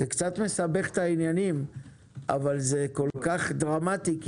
זה קצת מסבך את העניינים אבל זה כל כך דרמטי.